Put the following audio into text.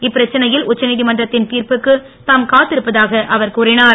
இப்பிரச்னையில் உச்சநீதிமன்றத்தின் திர்ப்புக்கு தாம் காத்திருப்பதாக அவர் கூறினார்